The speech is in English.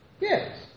Yes